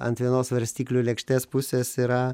ant vienos svarstyklių lėkštės pusės yra